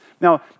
Now